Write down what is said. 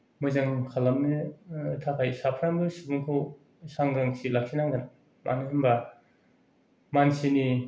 मोजां खालामनो थाखाय साफ्रामबो सुबुंखौ सांग्रांथि लाखिनांगोन मानो होनबा मानसिनि